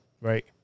Right